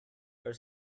her